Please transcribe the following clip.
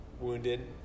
wounded